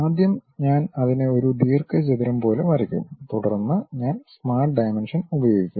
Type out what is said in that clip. ആദ്യം ഞാൻ അതിനെ ഒരു ദീർഘചതുരം പോലെ വരയ്ക്കും തുടർന്ന് ഞാൻ സ്മാർട്ട് ഡയമെൻഷൻ ഉപയോഗിക്കും